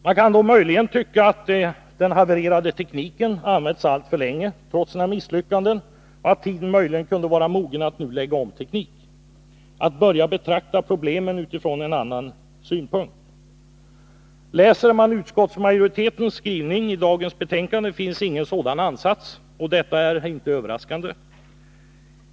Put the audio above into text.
Man kan då möjligen tycka att den havererade tekniken använts alltför länge trots sina misslyckanden och att tiden möjligen kunde vara mogen att nu lägga om teknik — att börja betrakta problemen utifrån en annan synpunkt. Läser man utskottsmajoritetens skrivning i dagens betänkande, finner man ingen sådan ansats, och detta är inte överraskande.